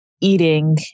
eating